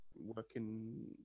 working